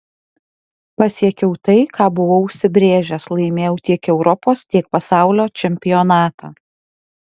pasiekiau tai ką buvau užsibrėžęs laimėjau tiek europos tiek pasaulio čempionatą